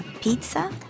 pizza